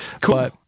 Cool